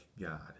God